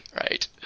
right